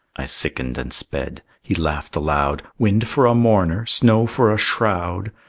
i sickened and sped. he laughed aloud, wind for a mourner, snow for a shroud!